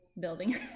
building